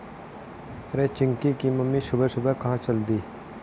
अरे चिंकी की मम्मी सुबह सुबह कहां चल दी?